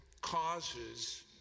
causes